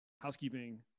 Housekeeping